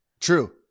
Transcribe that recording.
True